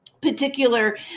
particular